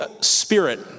Spirit